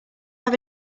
have